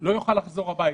לא יוכל לחזור הביתה.